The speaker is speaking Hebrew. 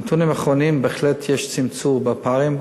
הנתונים האחרונים, בהחלט יש צמצום בפערים.